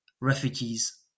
refugees